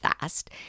fast